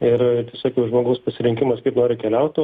ir visokių žmogaus pasirinkimas kaip nori keliauti